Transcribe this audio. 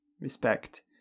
respect